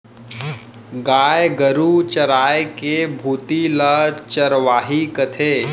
गाय गरू चराय के भुती ल चरवाही कथें